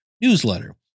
newsletter